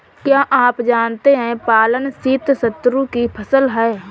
क्या आप जानते है पालक शीतऋतु की फसल है?